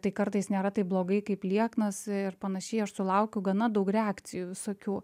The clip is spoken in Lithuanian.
tai kartais nėra taip blogai kaip lieknas ir panašiai aš sulaukiu gana daug reakcijų visokių